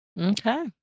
Okay